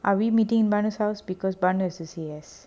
are we meeting baanu's house because baanu S S C S